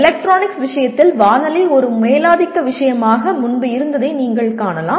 electronics விஷயத்தில் வானொலி ஒரு மேலாதிக்க விஷயமாக முன்பு இருந்ததை நீங்கள் காணலாம்